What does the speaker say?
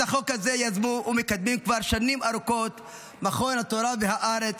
את החוק הזה יזמו ומקדמים כבר שנים ארוכות מכון התורה והארץ,